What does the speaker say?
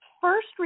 first